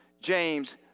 James